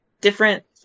different